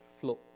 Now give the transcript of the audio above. flow